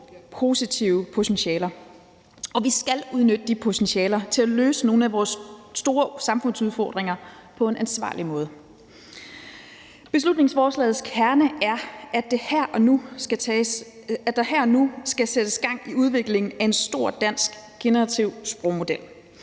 positive potentialer og vi skal udnytte de potentialer til at løse nogle af vores store samfundsudfordringer på en ansvarlig måde. Beslutningsforslagets kerne er, at der her og nu skal sættes gang i udviklingen af en stor dansk generativ sprogmodel